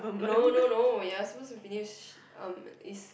no no no you are supposed to finish erm is